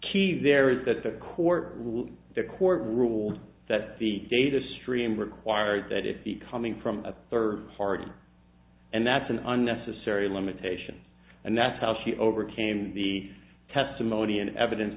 key there is that the court ruled the court ruled that the data stream required that it be coming from a third party and that's an unnecessary limitations and that's how she overcame the testimony and evidence